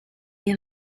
les